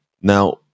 Now